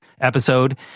episode